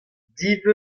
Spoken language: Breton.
div